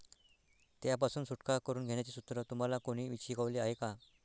त्यापासून सुटका करून घेण्याचे सूत्र तुम्हाला कोणी शिकवले आहे का?